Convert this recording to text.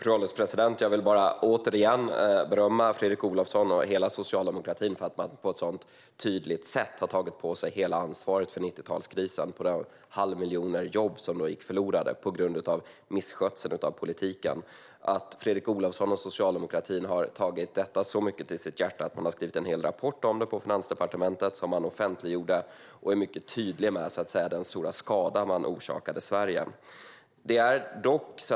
Fru ålderspresident! Jag vill bara återigen berömma Fredrik Olovsson och hela socialdemokratin för att man på ett sådant tydligt sätt har tagit på sig hela ansvaret för 90-talskrisen och för den halva miljon jobb som gick förlorade på grund av misskötseln av politiken. Fredrik Olovsson och Socialdemokraterna har tagit detta så mycket till sitt hjärta att man har skrivit en hel rapport om det på Finansdepartementet. Man har offentliggjort rapporten, och man är i den mycket tydlig med den stora skada man orsakade Sverige. Fru ålderspresident!